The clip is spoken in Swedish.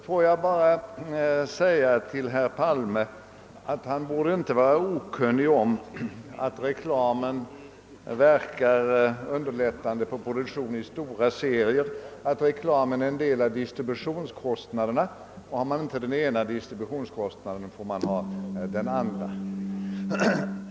Låt mig då bara säga till herr Palme att han inte borde vara okunnig om att reklamen verkar underlättande på produktion i stora serier, att reklamkostnaden är en del av distributionskostnaderna och att om man inte har den ena distributionskostnaden så får man ha den andra.